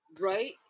Right